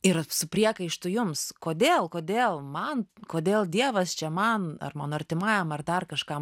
ir su priekaištu jums kodėl kodėl man kodėl dievas čia man ar mano artimajam ar dar kažkam